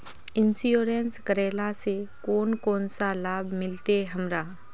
Insurance करेला से कोन कोन सा लाभ मिलते हमरा?